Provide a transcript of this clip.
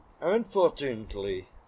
Unfortunately